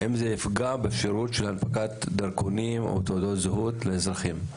האם זה יפגע בשירות הנפקת דרכונים או תעודות זהות לאזרחים?